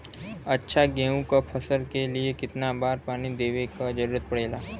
अच्छा गेहूँ क फसल के लिए कितना बार पानी देवे क जरूरत पड़ेला?